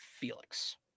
Felix